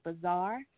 Bazaar